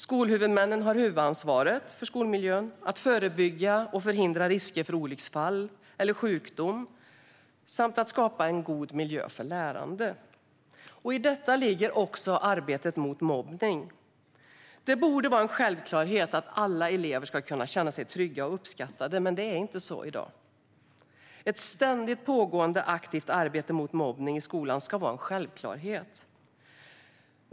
Skolhuvudmännen har huvudansvaret för skolmiljön, för att förebygga och förhindra risker för olycksfall eller sjukdom och för att skapa en god miljö för lärande. I detta ligger också arbetet mot mobbning. Det borde vara en självklarhet att alla elever ska känna sig trygga och uppskattade, men så är det inte. Ett ständigt pågående aktivt arbete mot mobbning i skolan ska vara en självklarhet.